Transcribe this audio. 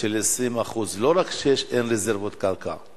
של 20%. לא רק שאין רזרבות קרקע,